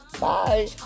Bye